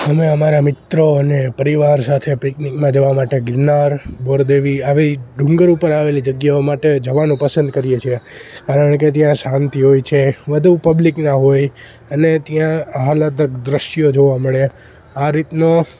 અમે અમારા મિત્રો અને પરિવાર સાથે પિકનિકમાં જવા માટે ગીરનાર બોરદેવી આવી ડુંગર ઉપર આવેલી જગ્યાઓ માટે જવાનું પસંદ કરીએ છીએ કારણ કે ત્યાં શાંતિ હોય છે વધુ પબ્લિક ન હોય અને ત્યાં આહલાદક દ્રશ્યો જોવા મળે આ રીતનો